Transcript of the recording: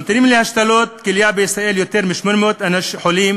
ממתינים להשתלות כליה בישראל יותר מ-800 חולים,